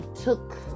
took